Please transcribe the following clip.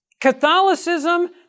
Catholicism